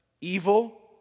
Evil